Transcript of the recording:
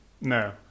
No